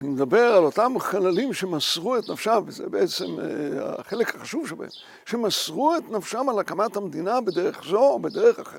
אני מדבר על אותם חללים שמסרו את נפשם, וזה בעצם החלק החשוב שבהם, שמסרו את נפשם על הקמת המדינה בדרך זו או בדרך אחרת.